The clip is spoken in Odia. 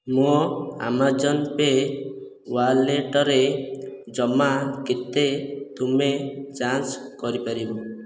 ମୋ' ଆମାଜନ୍ ପେ ୱାଲେଟରେ ଜମା କେତେ ତୁମେ ଯାଞ୍ଚ କରିପାରିବ